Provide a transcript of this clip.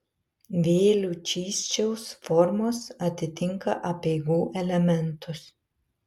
vėlių čysčiaus formos atitinka apeigų elementus